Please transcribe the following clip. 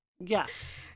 Yes